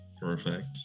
Perfect